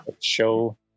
show